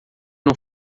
não